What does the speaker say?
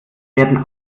werden